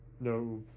no